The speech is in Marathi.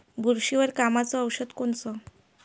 बुरशीवर कामाचं औषध कोनचं?